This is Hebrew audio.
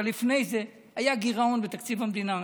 אבל לפני זה היה גירעון בתקציב המדינה,